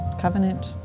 Covenant